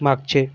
मागचे